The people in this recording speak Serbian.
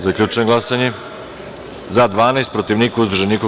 Zaključujem glasanje: za - 12, protiv - niko, uzdržanih - nema.